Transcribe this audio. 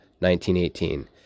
1918